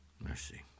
Mercy